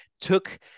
Took